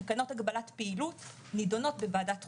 תקנות הגבלת פעילות נידונות בוועדת חוקה,